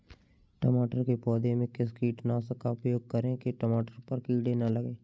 टमाटर के पौधे में किस कीटनाशक का उपयोग करें कि टमाटर पर कीड़े न लगें?